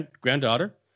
granddaughter